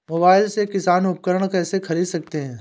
Mobile से किसान उपकरण कैसे ख़रीद सकते है?